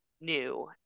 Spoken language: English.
new